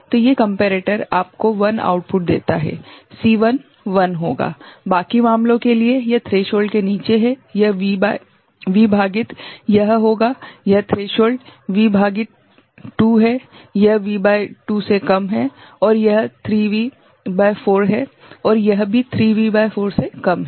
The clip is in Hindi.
तो ये कम्पेरेटर आपको 1 आउटपुट देता हैं C1 1 होगा बाकी मामलों के लिए यह थ्रेशोल्ड के नीचे है यह V भागित यह होगा यह थ्रेशोल्ड V भागित 2 है यह V भागित 2 से कम है और यह 3 V भागित 4 है यह भी 3 V भागित 4 से कम है